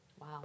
Wow